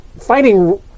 Fighting